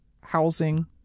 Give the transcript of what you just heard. housing